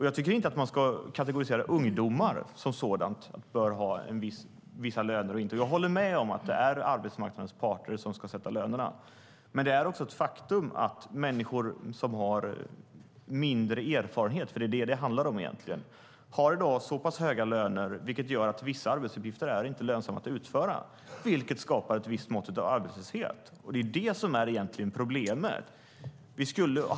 Jag tycker inte att man ska kategorisera som så att ungdomar bör ha vissa löner eller inte. Jag håller med om att det är arbetsmarknadens parter som ska sätta lönerna. Det är dock också ett faktum att människor som har mindre erfarenhet - för det är egentligen vad det handlar om - i dag har så höga löner att vissa arbetsuppgifter inte är lönsamma att utföra. Det skapar ett visst mått av arbetslöshet, och det är det som egentligen är problemet.